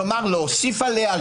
כלומר להוסיף עליה,